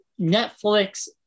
Netflix